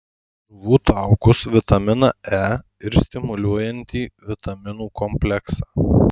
žuvų taukus vitaminą e ir stimuliuojantį vitaminų kompleksą